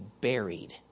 buried